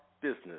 business